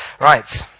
Right